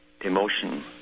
emotion